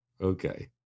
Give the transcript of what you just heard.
Okay